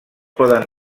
poden